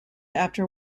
after